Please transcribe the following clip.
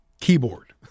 keyboard